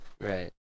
Right